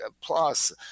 plus